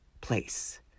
place